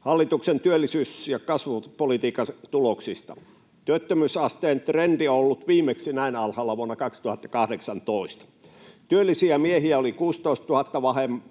hallituksen työllisyys- ja kasvupolitiikan tuloksista. Työttömyysasteen trendi on ollut viimeksi näin alhaalla vuonna 2018. Työllisiä miehiä oli 16 000